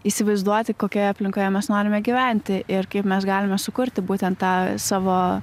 įsivaizduoti kokioje aplinkoje mes norime gyventi ir kaip mes galime sukurti būtent tą savo